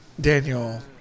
Daniel